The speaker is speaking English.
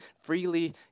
freely